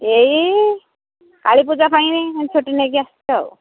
ଏଇ କାଳୀପୂଜା ପାଇଁ ଛୁଟି ନେଇକି ଆସିଛି ଆଉ